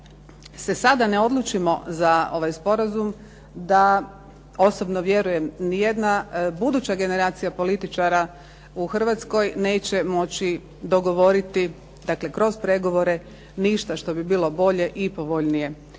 se sada ne odlučimo za ovaj sporazum da osobno vjerujem nijedna buduća generacija političara neće moći dogovoriti dakle kroz pregovore ništa što bi bilo bolje i povoljnije